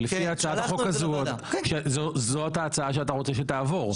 ולפי הצעת החוק הזו זאת ההצעה שאתה רוצה שתעבור.